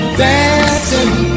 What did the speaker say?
dancing